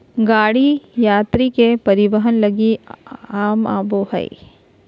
गाड़ी यात्री के परिवहन लगी काम आबो हइ